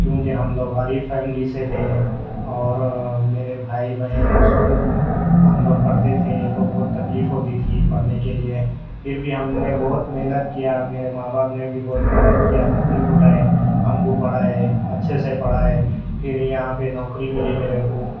کیونکہ ہم لوگ غریب فیملی سے تھے اور میرے بھائی بہن سب ہم لوگ پڑھتے تھے تو بہت تکلیف ہوتی تھی پڑھنے کے لیے پھر بھی ہم نے بہت محنت کیا میرے ماں باپ نے بھی بہت محنت کیا تکلیف اٹھائے ہم کو پڑھائے اچھے سے پڑھائے پھر یہاں پہ نوکری ملی میرے کو